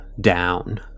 Down